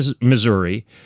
Missouri